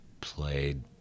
played